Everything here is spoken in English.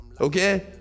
Okay